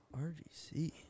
RGC